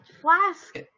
flask